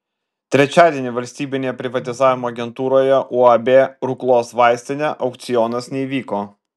trečiadienį valstybinėje privatizavimo agentūroje uab ruklos vaistinė aukcionas neįvyko